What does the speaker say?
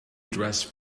address